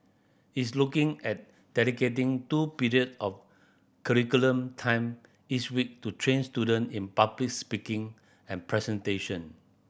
it's looking at dedicating two period of curriculum time each week to train student in public speaking and presentation